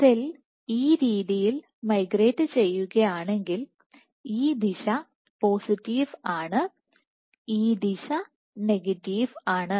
cell ഈ രീതിയിൽ migrate ചെയ്യുകയാണെങ്കിൽ ഈ ദിശ പോസിറ്റീവ് ആണ് ഈ ദിശ നെഗറ്റീവ് ആണ്